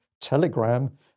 Telegram